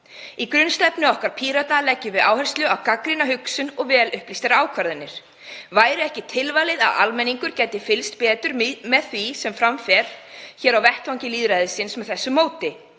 Í grunnstefnu okkar Pírata leggjum við áherslu á gagnrýna hugsun og vel upplýstar ákvarðanir. Væri ekki tilvalið að almenningur gæti með þessu móti fylgst betur með því sem fram fer hér á vettvangi lýðræðisins? Hlaðvörp